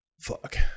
fuck